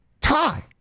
tie